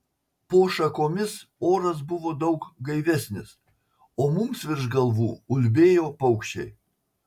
po šakomis oras buvo daug gaivesnis o mums virš galvų ulbėjo paukščiai